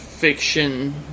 fiction